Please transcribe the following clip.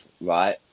right